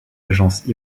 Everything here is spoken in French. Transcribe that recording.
agence